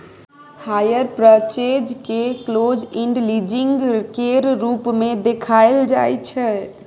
hire purchase केँ close end leasing केर रूप मे देखाएल जाइ छै